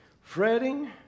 fretting